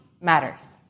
matters